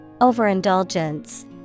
Overindulgence